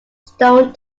stone